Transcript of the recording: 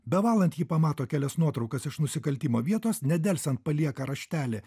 bevalant ji pamato kelias nuotraukas iš nusikaltimo vietos nedelsiant palieka raštelį